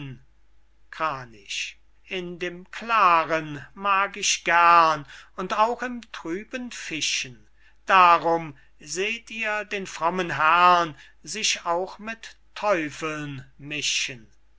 kranich in dem klaren mag ich gern und auch im trüben fischen darum seht ihr den frommen herrn sich auch mit teufeln mischen